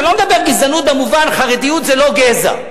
אני לא מדבר, גזענות במובן, חרדיות זה לא גזע.